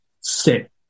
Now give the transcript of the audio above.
sit